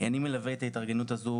אני מלווה את ההתארגנות הזאת